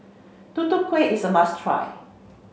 Tutu Kueh is a must try